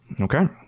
Okay